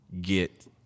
Get